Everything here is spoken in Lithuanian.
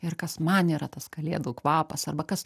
ir kas man yra tas kalėdų kvapas arba kas